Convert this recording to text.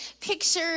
pictures